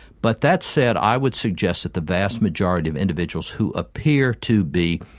but that said, i would suggest that the vast majority of individuals who appear to be,